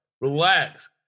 Relax